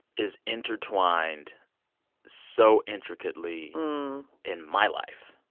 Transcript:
is intertwined so intricately in my life,